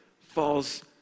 falls